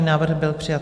Návrh byl přijat.